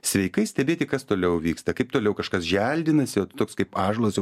sveikai stebėti kas toliau vyksta kaip toliau kažkas želdinasi o tu toks kaip ąžuolas o